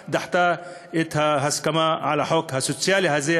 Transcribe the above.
דחתה את ההסכמה על החוק הסוציאלי הזה,